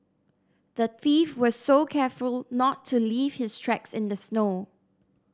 the thief was so careful not to leave his tracks in the snow